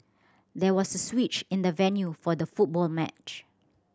there was switch in the venue for the football match